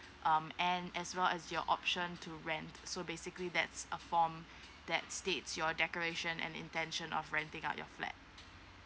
um and as well as your option to rent so basically that's a form that states your declaration and intention of renting out your flat